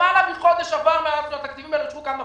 למעלה מחודש עבר מאז שהתקציבים האלה אושרו כאן בוועדה.